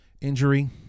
injury